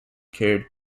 carried